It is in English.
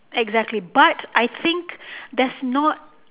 exactly but I think that's not